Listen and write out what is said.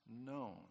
known